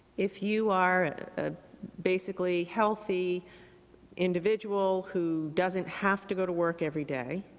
if you are ah basically healthy individual who doesn't have to go to work every day,